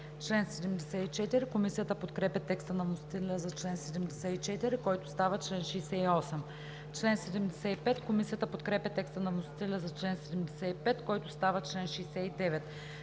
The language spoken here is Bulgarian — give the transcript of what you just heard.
Комисията подкрепя текста на вносителя за чл. 74, който става чл. 68. Комисията подкрепя текста на вносителя за чл. 75, който става чл. 69.